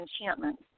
enchantment